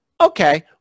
Okay